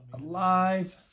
Alive